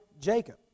Jacob